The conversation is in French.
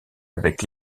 avec